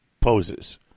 poses